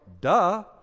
duh